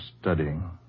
studying